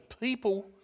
people